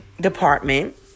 department